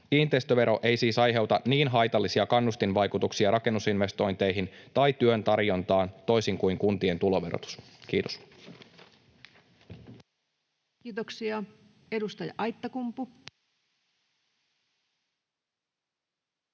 Kiinteistövero ei siis aiheuta niin haitallisia kannustinvaikutuksia rakennusinvestointeihin, tai työn tarjontaan toisin kuin kuntien tuloverotus. — Kiitos. [Speech 75]